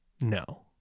No